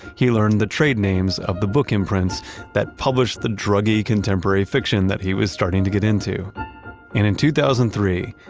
he learned the trade names of the book imprints that published the druggie, contemporary fiction that he was starting to get into. and in two thousand and three,